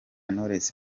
knowless